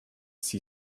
see